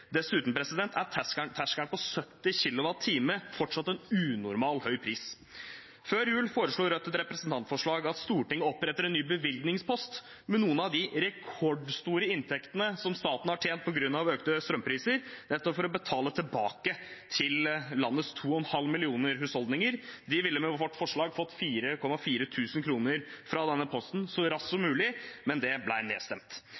Dessuten er terskelen på 70 øre per kilowattime fortsatt en unormalt høy pris. Før jul foreslo Rødt i et representantforslag at Stortinget oppretter en ny bevilgningspost med noen av de rekordstore inntektene som staten har tjent på grunn av økte strømpriser, nettopp for å betale tilbake til landets 2,5 millioner husholdninger. De ville med vårt forslag ha fått 4 400 kr fra denne posten så raskt som mulig, men det ble nedstemt.